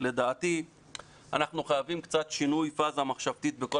לדעתי אנחנו חייבים שינוי בפאזה המחשבתית בכל